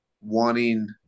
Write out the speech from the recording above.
wanting